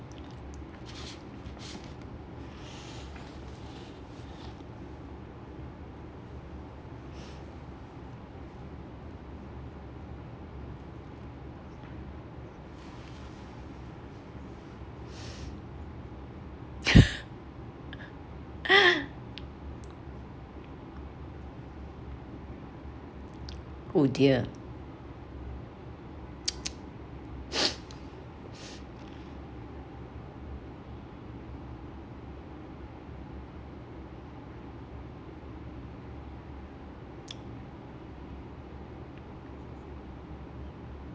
oh dear